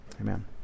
amen